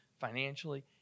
financially